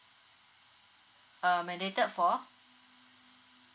uh mandated for